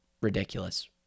ridiculous